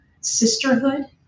sisterhood